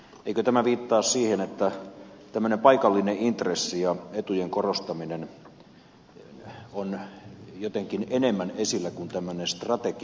eikö tämä viittaa siihen että paikallinen intressi ja etujen korostaminen on jotenkin enemmän esillä kuin strateginen näky